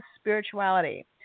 spirituality